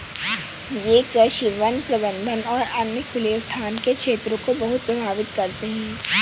ये कृषि, वन प्रबंधन और अन्य खुले स्थान के क्षेत्रों को बहुत प्रभावित करते हैं